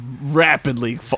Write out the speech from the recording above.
rapidly